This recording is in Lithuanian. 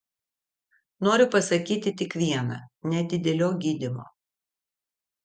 noriu pasakyti tik viena neatidėliok gydymo